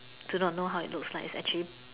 do not know how it looks like it's actually